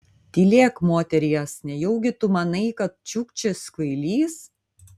tylėk moteries nejaugi tu manai kad čiukčis kvailys